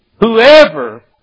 Whoever